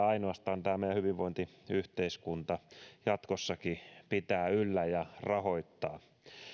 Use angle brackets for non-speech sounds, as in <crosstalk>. <unintelligible> ainoastaan tämä meidän hyvinvointiyhteiskuntamme jatkossakin pitää yllä ja rahoittaa